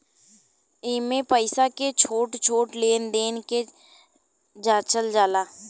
एइमे पईसा के छोट छोट लेन देन के जाचल जाला